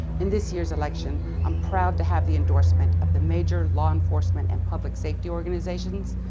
in this year's election, i'm proud to have the endorsement of the major law enforcement and public safety organization,